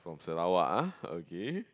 from Sarawak ah okay